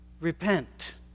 Repent